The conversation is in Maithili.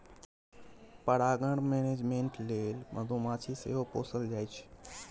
परागण मेनेजमेन्ट लेल मधुमाछी सेहो पोसल जाइ छै